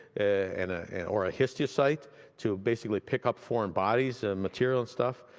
and ah and or a histio cyte to basically pick up foreign bodies, and material and stuff.